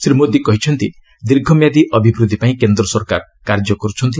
ଶ୍ରୀ ମୋଦି କହିଛନ୍ତି ଦୀର୍ଘମିଆଦି ଅଭିବୃଦ୍ଧି ପାଇଁ କେନ୍ଦ୍ର ସରକାର କାର୍ଯ୍ୟ କର୍ଛନ୍ତି